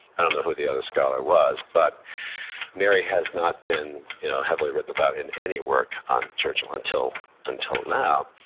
i don't know who the other scholar was, but mary has not been you know heavily written about in any work on churchill until until now.